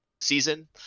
season